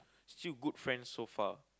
still good friends so far